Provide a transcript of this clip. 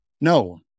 No